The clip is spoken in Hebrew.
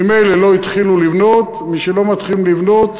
ממילא לא התחילו לבנות, ומשלא מתחילים לבנות